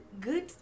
good